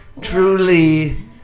Truly